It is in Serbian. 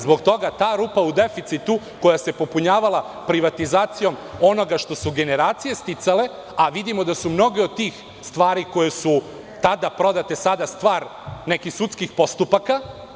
Zbog toga ta rupa u deficitu, koja se popunjavala privatizacijom onoga što su generacije sticale, a vidimo da su mnoge od tih stvari koje su tada prodate sada stvar nekih sudskih postupaka.